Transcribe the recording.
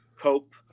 cope